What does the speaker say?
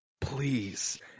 please